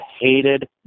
hated